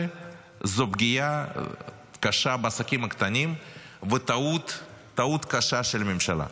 הוא פגיעה קשה בעסקים הקטנים וטעות קשה של הממשלה.